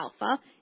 Alpha